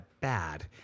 bad